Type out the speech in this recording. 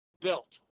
built